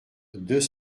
deux